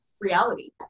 reality